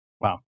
Wow